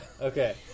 Okay